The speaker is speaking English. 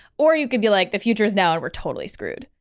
or you could be like, the future is now, and we're totally screwed!